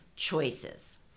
choices